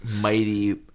mighty